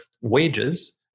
wages